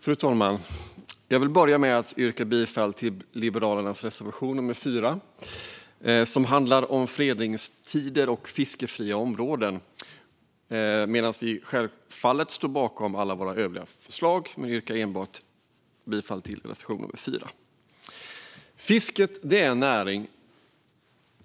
Fru talman! Jag vill börja med att yrka bifall till Liberalernas reservation nummer 4, som handlar om fredningstider och fiskefria områden. Vi står självfallet bakom alla våra övriga förslag, men jag yrkar bifall enbart till reservation nummer 4. Fisket är